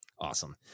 Awesome